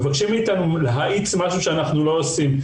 מבקשים מאיתנו להאיץ משהו שאנחנו לא עושים.